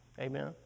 amen